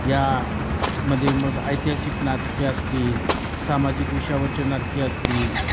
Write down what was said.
या मध्ये मग ऐतिहासिक नाटके असतील सामाजिक विषयावरचे नाटके असतील